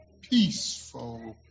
Peaceful